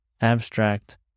abstract